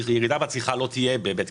לא תהיה ירידה בצריכה בבתי הקפה,